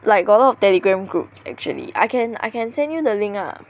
like got a lot of Telegram groups actually I can I can send you the link lah